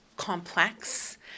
complex